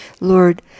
Lord